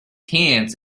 hands